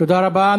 תודה רבה.